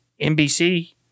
NBC